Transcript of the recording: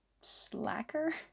slacker